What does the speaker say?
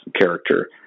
character